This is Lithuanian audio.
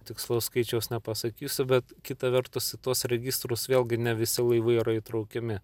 tikslaus skaičiaus nepasakysiu bet kita vertus tuos registrus vėlgi ne visi laivai yra įtraukiami